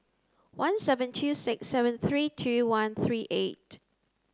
one seven two six seven three two one three eight